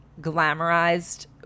glamorized